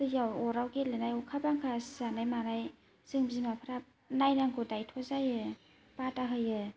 दैयाव अराव गेलेनाय अखा बांखा सिजानाय मानाय जों बिमाफोरा नायनांगौ दायित्थ' जायो बादा होयो